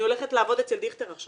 אני הולכת עכשיו לעבוד אצל דיכטר.